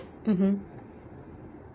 mmhmm